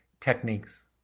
techniques